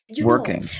working